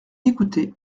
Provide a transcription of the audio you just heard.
écouté